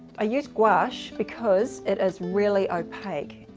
i use gouache because it is really opaque.